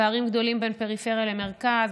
פערים גדולים בין פריפריה למרכז,